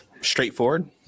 Straightforward